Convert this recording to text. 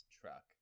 truck